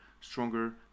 stronger